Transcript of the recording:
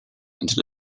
until